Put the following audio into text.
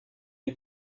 est